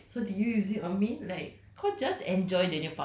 and then you are the same person who's like so did you use it on me like